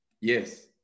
yes